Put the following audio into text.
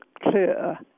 clear